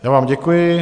Já vám děkuji.